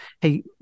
hey